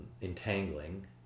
entangling